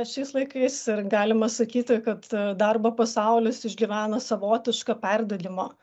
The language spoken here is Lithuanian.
šiais laikais ir galima sakyti kad darbo pasaulis išgyvena savotišką perdegimo